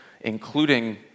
including